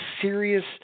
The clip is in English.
serious